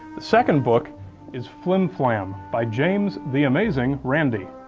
second book is flim flam, by james the amazing randi.